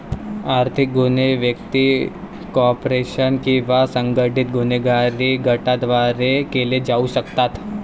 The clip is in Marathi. आर्थिक गुन्हे व्यक्ती, कॉर्पोरेशन किंवा संघटित गुन्हेगारी गटांद्वारे केले जाऊ शकतात